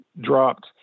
dropped